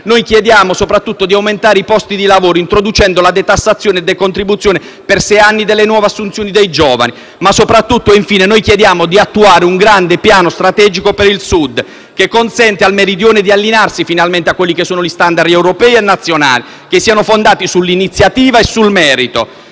Noi chiediamo, soprattutto, di aumentare i posti di lavoro introducendo la detassazione e decontribuzione per sei anni delle nuove assunzioni dei giovani. Ma soprattutto, infine, noi chiediamo di attuare un grande piano strategico per il Sud, che consenta al Meridione di allinearsi finalmente a quelli che sono gli *standard* europei e nazionali, fondati sull'iniziativa e sul merito.